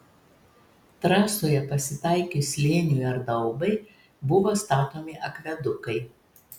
trasoje pasitaikius slėniui ar daubai buvo statomi akvedukai